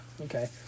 Okay